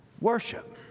worship